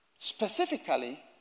Specifically